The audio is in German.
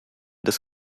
des